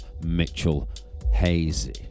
Mitchell-Hazy